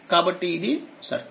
కాబట్టిఇది సర్క్యూట్